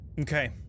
Okay